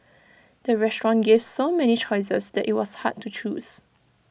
the restaurant gave so many choices that IT was hard to choose